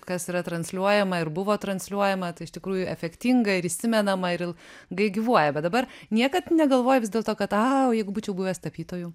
kas yra transliuojama ir buvo transliuojama tai iš tikrųjų efektinga ir įsimenama ir ilgai gyvuoja bet dabar niekad negalvojai vis dėlto kad a o jeigu būčiau buvęs tapytoju